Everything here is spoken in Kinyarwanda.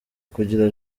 kugira